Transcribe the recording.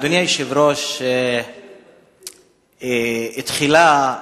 אדוני היושב-ראש, תחילה,